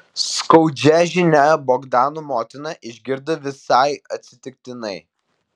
skaudžią žinią bogdano motina išgirdo visai atsitiktinai